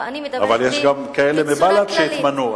ואני מדברת בצורה כללית.